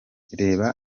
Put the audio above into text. reba